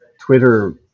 twitter